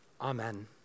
Amen